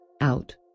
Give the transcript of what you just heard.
out